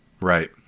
Right